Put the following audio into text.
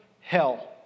hell